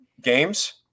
games